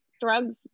drugs